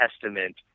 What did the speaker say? Testament